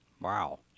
Wow